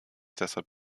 deshalb